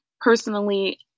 Personally